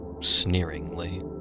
sneeringly